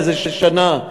זה שנה,